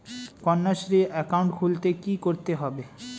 Kanyashree account খুলতে কী করতে হবে?